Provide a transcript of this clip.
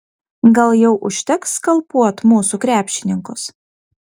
gal jau užteks skalpuot mūsų krepšininkus